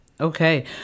okay